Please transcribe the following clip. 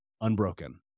unbroken